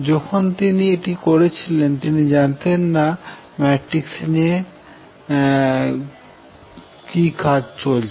যখন তিনি এটি করেছিলেন তিনি জানতেন না যে ম্যাট্রিক্স নিয়ে কাজ করছেন